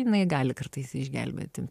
jinai gali kartais išgelbėti